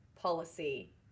policy